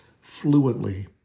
fluently